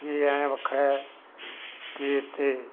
ਇਹ ਐਂ ਵੱਖਰਾ ਕਿ ਇੱਥੇ